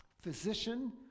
physician